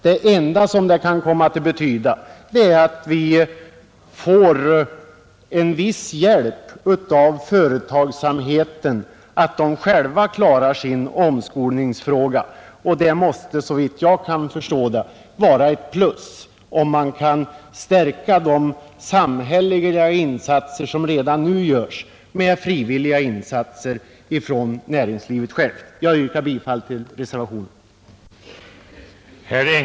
Det enda som kan hända är att samhället får en viss hjälp av företagsamheten genom att denna själv kan klara sitt behov av omskolning. Det måste såvitt jag kan förstå vara ett plus om man kan förstärka de samhällsinsatser som redan nu görs med frivilliga insatser från näringslivet självt. Jag yrkar bifall till reservationen.